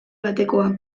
batekoa